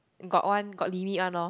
got one got limit one orh